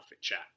Chat